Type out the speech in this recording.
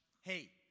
Hey